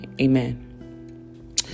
Amen